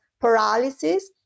paralysis